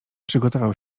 przygotował